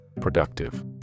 Productive